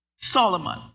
Solomon